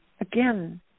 again